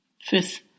Fifth